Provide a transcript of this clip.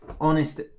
honest